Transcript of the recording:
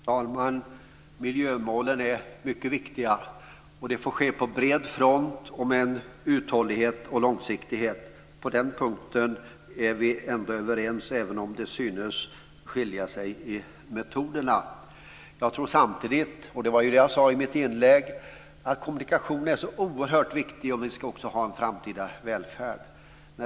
Fru talman! Miljömålen är mycket viktiga, och genomförandet av dem får ske på bred front och med uthållighet och långsiktighet. På den punkten är vi ändå överens, även om metoderna synes skilja sig. Jag tror samtidigt, som jag sade i mitt inlägg, att kommunikationerna är så oerhört viktiga om vi också ska ha en framtida välfärd.